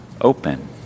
open